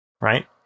Right